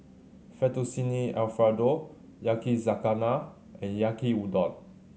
Fettuccine Alfredo Yakizakana and Yaki Udon